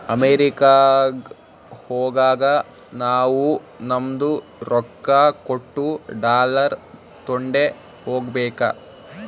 ಅಮೆರಿಕಾಗ್ ಹೋಗಾಗ ನಾವೂ ನಮ್ದು ರೊಕ್ಕಾ ಕೊಟ್ಟು ಡಾಲರ್ ತೊಂಡೆ ಹೋಗ್ಬೇಕ